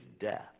death